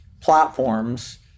platforms